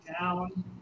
down